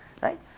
right